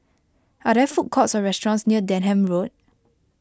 are there food courts or restaurants near Denham Road